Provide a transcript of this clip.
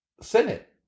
Senate